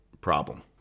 problem